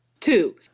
Two